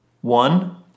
One